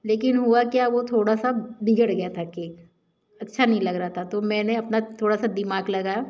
लेकिन हुआ क्या वो थोड़ा सा बिगड़ गया था केक अच्छा नई लग रहा था तो मैंने अपना थोड़ा सा दिमाग लगाया